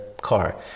car